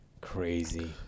Crazy